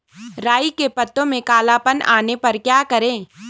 राई के पत्तों में काला पन आने पर क्या करें?